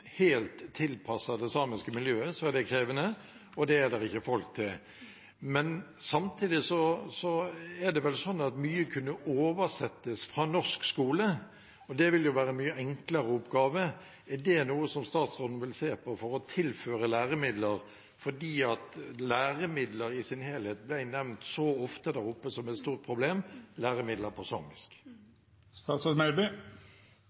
helt tilpasset det samiske miljøet, er det krevende og det er ikke folk til det. Men samtidig er det vel sånn at mye kan oversettes fra norske lærebøker, og at det ville være en mye enklere oppgave. Er det noe som statsråden vil se på for å tilføre læremidler, for læremidler i sin helhet ble nevnt så ofte der oppe som et stort problem – læremidler på